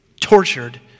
tortured